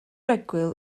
egwyl